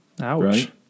Ouch